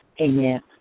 Amen